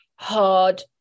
hard